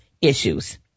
issues